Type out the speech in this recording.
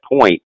point